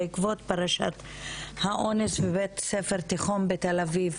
בעקבות פרשת האונס בבית הספר תיכון בתל אביב.